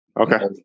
Okay